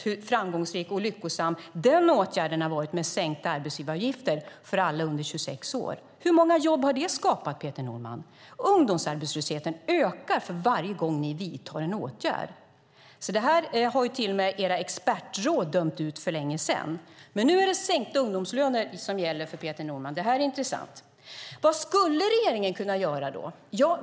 Hur framgångsrik och lyckosam åtgärden med sänkta arbetsgivaravgifter för alla under 26 år har varit har vi ju sett. Hur många jobb har det skapat, Peter Norman? Ungdomsarbetslösheten ökar för varje gång ni vidtar en åtgärd. Det här har till och med era expertråd dömt ut för länge sedan. Men nu är det sänkta ungdomslöner som gäller för Peter Norman. Det är intressant. Vad skulle regeringen kunna göra?